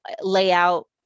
layout